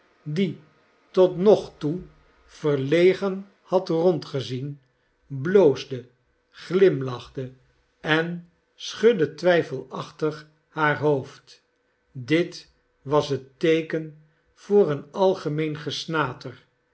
die tot nog toe verlegen had rondgezien bloosde glimlachte en schudde twijfelachtig haar hoofd bit was het teeken voor een algemeen gesnater